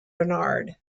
bernard